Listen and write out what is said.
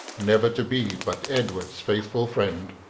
never to be but edward's faithful friend.